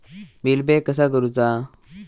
Bill pay कसा करुचा?